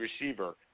receiver